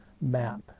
map